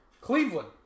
Cleveland